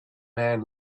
man